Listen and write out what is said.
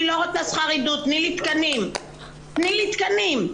אני לא רוצה שכר עידוד, תני לי תקנים.